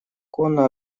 конно